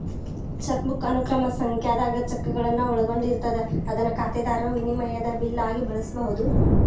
chequebook ಅನುಕ್ರಮ ಸಂಖ್ಯಾದಾಗ ಚೆಕ್ಗಳನ್ನ ಒಳಗೊಂಡಿರ್ತದ ಅದನ್ನ ಖಾತೆದಾರರು ವಿನಿಮಯದ ಬಿಲ್ ಆಗಿ ಬಳಸಬಹುದು